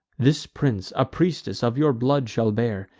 this prince a priestess of your blood shall bear,